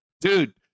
dude